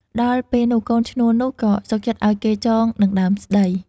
ដល់ពេលនោះកូនឈ្នួលនោះ ក៏សុខចិត្តឲ្យគេចងនឹងដើមស្តី។